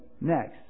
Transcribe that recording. next